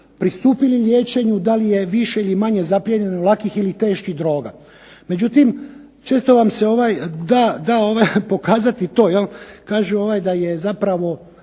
pristupili liječenju da li je više ili manje zaplijenjenih lakih ili teških droga. Međutim, često vam se da pokazati i to kažu da je zapravo